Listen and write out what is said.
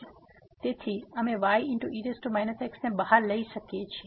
તેથી અમે ye x ને બહાર લઈ શકીએ છીએ